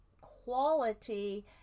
quality